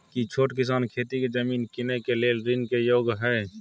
की छोट किसान खेती के जमीन कीनय के लेल ऋण के योग्य हय?